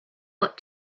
got